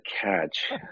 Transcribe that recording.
catch